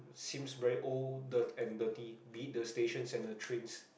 seems very old dirt and dirty being the station and the trains